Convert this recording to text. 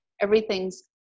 everything's